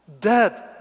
dead